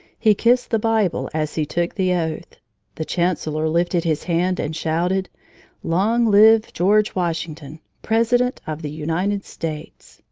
he kissed the bible as he took the oath the chancellor lifted his hand and shouted long live george washington, president of the united states.